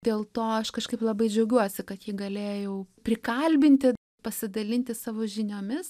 dėl to aš kažkaip labai džiaugiuosi kad jį galėjau prikalbinti pasidalinti savo žiniomis